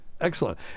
Excellent